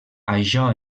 això